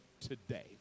today